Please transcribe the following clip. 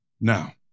now